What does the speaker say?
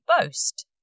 boast